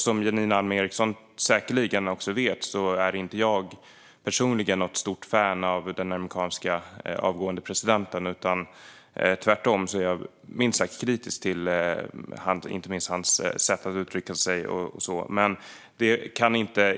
Som Janine Alm Ericson säkert vet är jag personligen inget stort fan av den avgående presidenten utan tvärtom kritisk till hans sätt att uttrycka sig.